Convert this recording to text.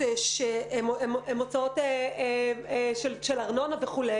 הוצאות של ארנונה, וכו'.